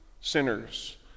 sinners